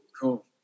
cool